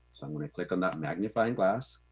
so i'm gonna click on that magnifying glass,